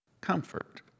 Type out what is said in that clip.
Comfort